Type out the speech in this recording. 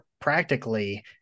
practically